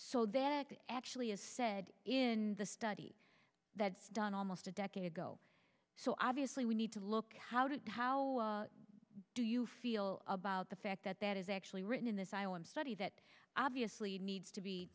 they're actually as said in the study that's done almost a decade ago so obviously we need to look at how did how do you feel about the fact that that is actually written in this island study that obviously needs to be